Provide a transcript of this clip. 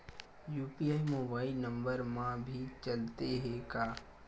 UPI mobile number मा भी चलते हे का?